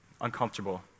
uncomfortable